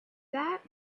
that